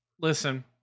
listen